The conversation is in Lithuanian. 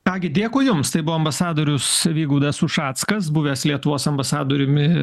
ką gi dėkui jums tai buvo ambasadorius vygaudas ušackas buvęs lietuvos ambasadoriumi